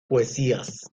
poesías